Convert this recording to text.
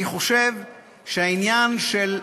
אני חושב שהעניין של,